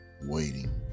waiting